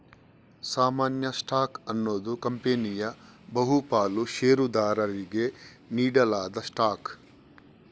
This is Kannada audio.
ಸಾಮಾನ್ಯ ಸ್ಟಾಕ್ ಅನ್ನುದು ಕಂಪನಿಯ ಬಹು ಪಾಲು ಷೇರುದಾರರಿಗೆ ನೀಡಲಾದ ಸ್ಟಾಕ್